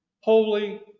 holy